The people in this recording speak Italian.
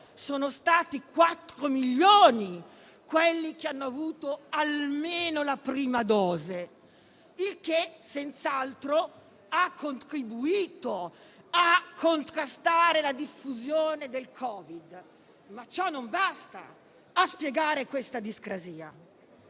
sono stati 4 milioni quelli che hanno avuto almeno la prima dose, il che senz'altro ha contribuito a contrastare la diffusione del Covid. Ma ciò non basta a spiegare questa discrasia.